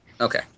Okay